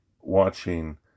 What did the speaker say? watching